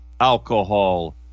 alcohol